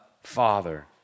Father